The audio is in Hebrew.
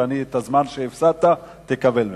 אני אתן, את הזמן שהפסדת תקבל ממני.